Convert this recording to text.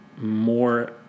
more